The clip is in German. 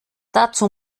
dazu